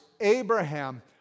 Abraham